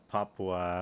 Papua